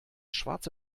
schwarze